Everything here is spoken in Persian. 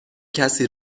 کسی